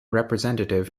representative